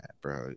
bro